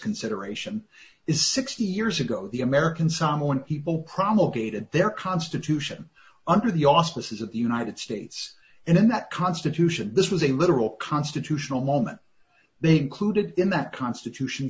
consideration is sixty years ago the american someone people promulgated their constitution under the auspices of the united states and in that constitution this was a literal constitutional moment they included in that constitution